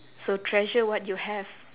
so treasure what you have